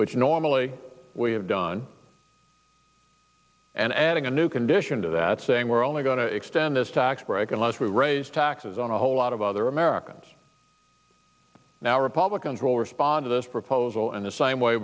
which normally we have done and adding a new condition to that saying we're only going to extend this tax break unless we raise taxes on a whole lot of other americans now republicans will respond to this proposal in the same way